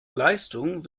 leistung